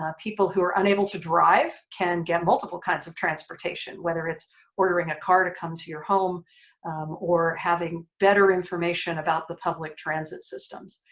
ah who are unable to drive can get multiple kinds of transportation whether it's ordering a car to come to your home or having better information about the public transit systems.